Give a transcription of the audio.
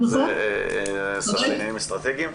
השרה לעניינים אסטרטגיים.